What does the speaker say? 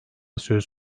söz